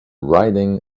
riding